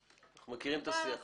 אנחנו מכירים את השיח הזה.